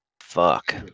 Fuck